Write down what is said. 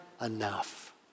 enough